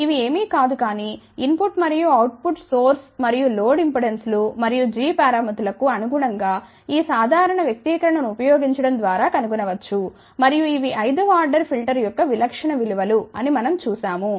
ఇవి ఏమీ కాదు కానీ ఇన్ పుట్ మరియు అవుట్పుట్ సోర్స్ మరియు లోడ్ ఇంపెడెన్సులు మరియు gపారామితులకు అనుగుణంగా ఈ సాధారణ వ్యక్తీకరణ ను ఉపయోగించడం ద్వారా కనుగొనవచ్చు మరియు ఇవి ఐదవ ఆర్డర్ ఫిల్టర్ యొక్క విలక్షణ విలువ లు అని మనం చూశాము